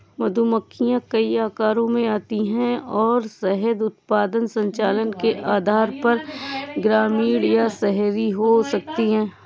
मधुमक्खियां कई आकारों में आती हैं और शहद उत्पादन संचालन के आधार पर ग्रामीण या शहरी हो सकती हैं